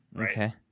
Okay